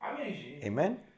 Amen